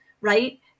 right